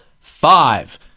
five